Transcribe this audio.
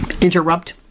interrupt